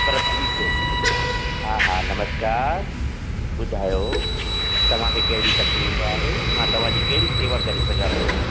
प्रदीप हा हा नमस्कार ॿुधायो तव्हां खे कहिड़ी तक़लीफ आहे मां तव्हां जी कहिड़ी सेवा करे सघां थो